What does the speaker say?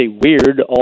weird